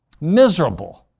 Miserable